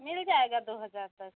मिल जाएगा दो हज़ार तक